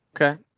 okay